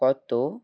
কত